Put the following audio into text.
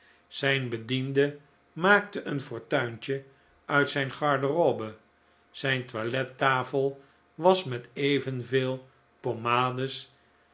zijn bediende maakte een fortuintje uit zijn garderobe zijn toilet tafel was met evenveel pomades